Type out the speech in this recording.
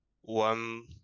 one